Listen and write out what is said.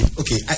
okay